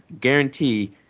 guarantee